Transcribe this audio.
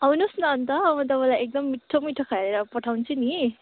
आउनुहोस् न अन्त म तपाईँलाई एकदम मिठो मिठो खुवाएर पठाउँछु नि